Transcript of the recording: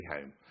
home